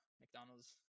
McDonald's